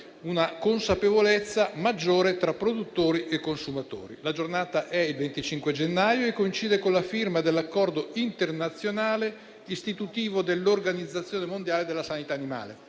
una consapevolezza maggiore tra produttori e consumatori. La Giornata è il 25 gennaio e coincide con la firma dell'Accordo internazionale istitutivo dell'Organizzazione mondiale della sanità animale,